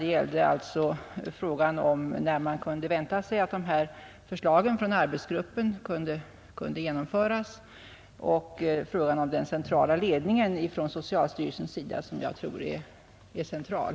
Det gällde alltså frågan om när man kunde vänta sig att förslagen från arbetsgruppen kunde genomföras och frågan om den centrala ledningen från socialstyrelsens sida — som jag tror är central!